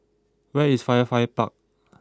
where is Firefly Park